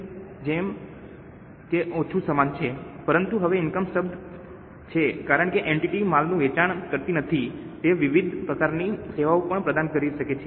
અગાઉની સ્લાઈડમાં સરળ સમજણ માટે મેં સેલ્સ શબ્દનો ઉપયોગ કર્યો હતો જે ઇનકમ ની જેમ વધુ કે ઓછું સમાન છે પરંતુ હવે ઇનકમ શબ્દ છે કારણ કે એન્ટિટી માલનું વેચાણ કરતી નથી તે વિવિધ પ્રકારની સેવાઓ પણ પ્રદાન કરી શકે છે